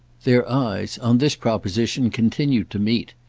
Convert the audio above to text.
their eyes, on this proposition, continued to meet,